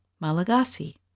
Malagasy